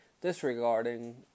disregarding